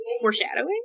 foreshadowing